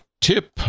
Tip